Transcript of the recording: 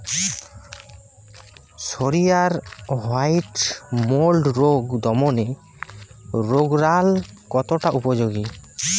সরিষার white mould রোগ দমনে রোভরাল কতটা উপযোগী?